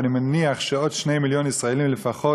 ואני מניח שעוד 2 מיליון ישראלים לפחות,